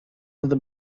into